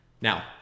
Now